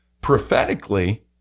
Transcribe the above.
prophetically